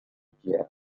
pierre